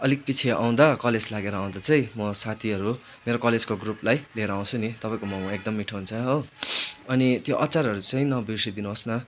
अलिक पिछे आउँदा कलेज लागेर आउँदा चाहिँ म साथीहरू मेरो कलेजको ग्रुपलाई लिएर आउँछु नि तपाईँको मोमो एकदम मिठो हुन्छ हो अनि त्यो अचारहरू चाहिँ नबिर्सिदिनुहोस् न